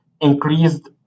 increased